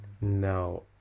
No